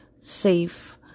safe